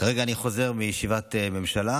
כרגע אני חוזר מישיבת ממשלה,